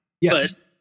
Yes